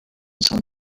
some